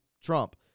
Trump